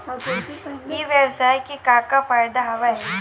ई व्यवसाय के का का फ़ायदा हवय?